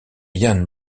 jan